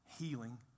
healing